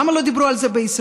למה לא דיברו על זה בישראל?